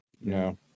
No